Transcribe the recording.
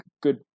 good